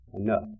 enough